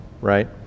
right